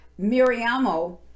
miriamo